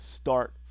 start